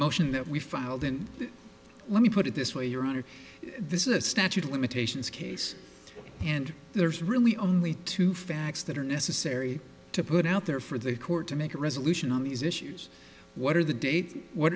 motion that we filed and let me put it this way your honor this is a statute of limitations case and there's really only two facts that are necessary to put out there for the court to make a resolution on these issues what are the date what